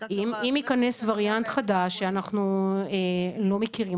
אם ייכנס וריאנט חדש שאנחנו לא מכירים